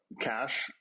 cash